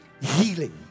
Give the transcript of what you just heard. healing